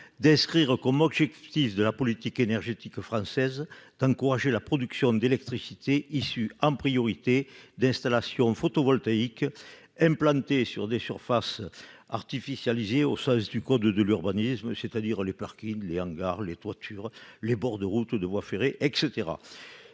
d'inscrire comme objectif de la politique énergétique française d'encourager la production d'électricité issue en priorité d'installations photovoltaïques implantés sur des surfaces artificialisées au sens du cours de de l'urbanisme, c'est-à-dire les parkings et hangars les toitures, les bords de routes, de voies ferrées etc,